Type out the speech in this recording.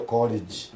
College